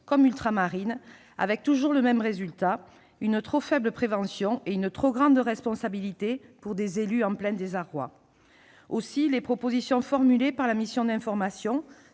comme ultramarine, avec toujours le même résultat, une trop faible prévention et une trop grande responsabilité pour des élus en plein désarroi. Aussi, les propositions formulées par la mission d'information,